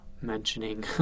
mentioning